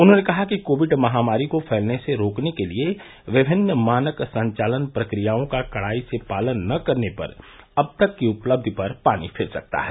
उन्होंने कहा कि कोविड महामारी को फैलने से रोकने के लिए विमिन्न मानक संचालन प्रक्रियाओं का कडाई से पालन न करने पर अब तक की उपलब्धि पर पानी फिर सकता है